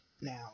now